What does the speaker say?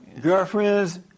girlfriends